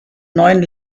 neuen